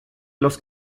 los